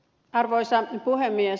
arvoisa puhemies